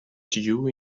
due